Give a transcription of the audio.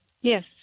Yes